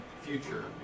future